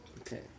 Okay